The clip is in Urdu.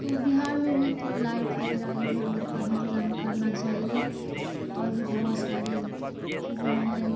تو بہار میں بھی تھوڑا لائٹ وغیرہ ادھر ادھر کا انتظام کرنا چاہیے اور بھی بہت ساری چیزیں ہیں